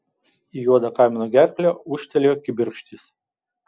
į juodą kamino gerklę ūžtelėjo kibirkštys